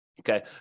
Okay